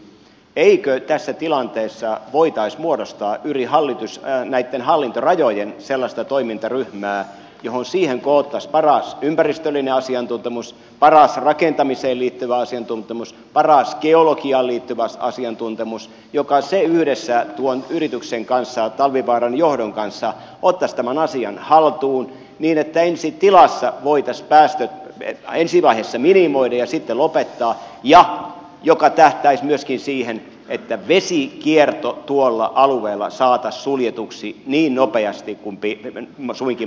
eikö tässä tilanteessa voitaisi muodostaa yli näitten hallintorajojen sellaista toimintaryhmää johon koottaisiin paras ympäristöllinen asiantuntemus paras rakentamiseen liittyvä asiantuntemus paras geologiaan liittyvä asiantuntemus joka yhdessä tuon yrityksen talvivaaran johdon kanssa ottaisi tämän asian haltuun niin että ensi tilassa voitaisiin päästöt ensi vaiheessa minimoida ja sitten lopettaa ja joka tähtäisi myöskin siihen että vesikierto tuolla alueella saataisiin suljetuksi niin nopeasti kuin suinkin mahdollista